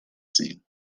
scene